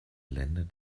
länder